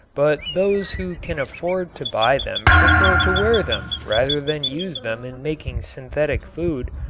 but those who can afford to buy them prefer to wear them rather than use them in making synthetic food.